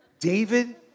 David